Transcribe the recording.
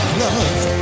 love